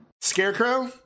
Scarecrow